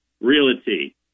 Realty